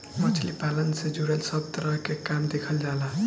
मछली पालन से जुड़ल सब तरह के काम देखल जाला